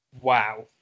wow